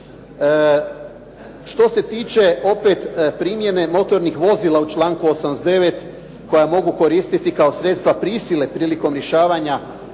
Što se tiče opet primjene motornih vozila u članku 89. koja mogu koristiti kao sredstva prisile prilikom osiguranja